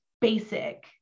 basic